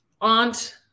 aunt